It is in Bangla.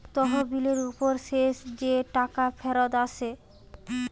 তহবিলের উপর শেষ যে টাকা ফিরত আসে